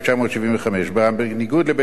בניגוד לבית-המשפט הצבאי לעבירות תנועה